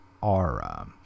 aura